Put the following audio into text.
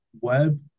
web